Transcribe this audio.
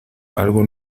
algo